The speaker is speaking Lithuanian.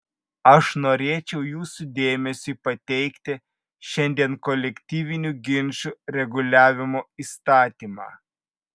aš norėčiau jūsų dėmesiui pateikti šiandien kolektyvinių ginčų reguliavimo įstatymą